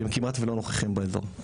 הם כמעט ולא נוכחים באזור,